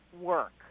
work